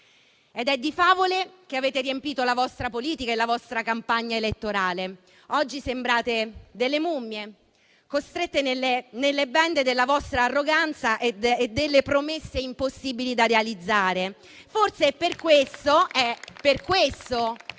È di favole che avete riempito la vostra politica e la vostra campagna elettorale: oggi sembrate delle mummie costrette nelle bende della vostra arroganza e delle promesse impossibili da realizzare.